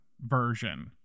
version